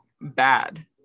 bad